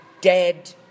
dead